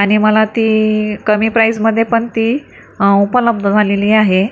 आनी मला ती कमी प्राइज मधे पण ती उपलब्ध झालेली आहे